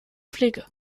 pflege